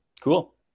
cool